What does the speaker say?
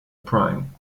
prime